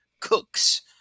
Cook's